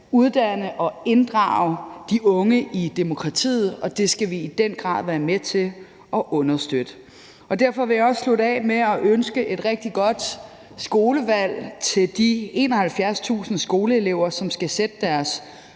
uddanne og inddrage de unge i demokratiet, og det skal vi i den grad være med til at understøtte. Derfor vil jeg også slutte af med at ønske et rigtig godt skolevalg til de 71.000 skoleelever, som skal sætte deres